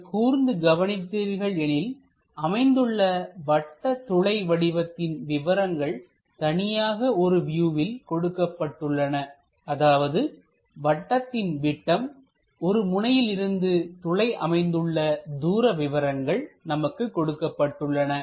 சற்று கூர்ந்து கவனித்தீர்கள் எனில் அமைந்துள்ள வட்ட துளை வடிவத்தின் விவரங்கள் தனியாக ஒரு வியூவில் கொடுக்கப்பட்டுள்ளன அதாவது வட்டத்தின் விட்டம் ஒரு முனையிலிருந்து துளை அமைந்துள்ள தூர விவரங்கள் நமக்கு கொடுக்கப்பட்டுள்ளன